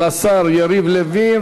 תודה לשר יריב לוין.